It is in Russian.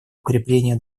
укрепления